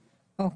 אוקי.